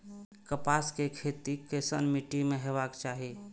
कपास के खेती केसन मीट्टी में हेबाक चाही?